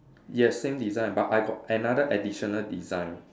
yes same design but I got another additional design